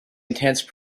intense